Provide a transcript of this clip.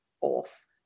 off